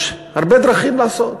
יש הרבה דרכים לעשות,